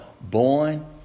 born